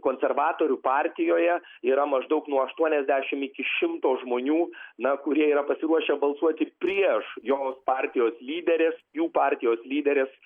konservatorių partijoje yra maždaug nuo aštuoniasdešimt iki šimto žmonių na kurie yra pasiruošę balsuoti prieš jos partijos lyderės jų partijos lyderės